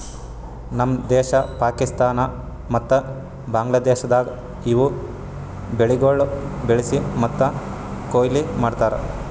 ನಮ್ ದೇಶ, ಪಾಕಿಸ್ತಾನ ಮತ್ತ ಬಾಂಗ್ಲಾದೇಶದಾಗ್ ಇವು ಬೆಳಿಗೊಳ್ ಬೆಳಿಸಿ ಮತ್ತ ಕೊಯ್ಲಿ ಮಾಡ್ತಾರ್